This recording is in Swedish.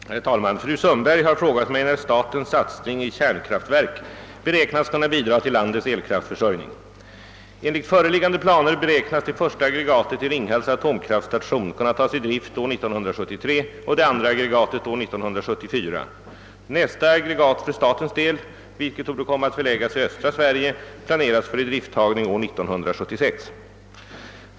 Herr talman! Fru Sundberg har frågat mig när statens satsning i kärnkraftverk beräknas kunna bidra till landets elkraftförsörjning. Enligt föreliggande planer beräknas det första aggregatet i Ringhals” atomkraftstation kunna tas i drift år 1973 och det andra aggregatet år 1974. Nästa aggregat för statens del, vilket torde komma att förläggas i östra Sverige, planeras för idrifttagning år 1976.